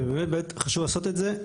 ובאמת חשוב לעשות את זה,